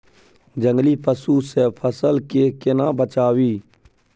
जंगली पसु से फसल के केना बचावी?